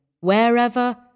Wherever